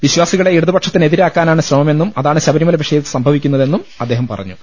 വിശ്വാസികളെ ഇടതുപക്ഷത്തിന് എതിരാ ക്കാനാണ് ശ്രമമെന്നും അതാണ് ശബരിമല വിഷയത്തിൽ സംഭ വിക്കുന്നതെന്നും അദ്ദേഹം പറഞ്ഞു